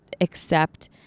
accept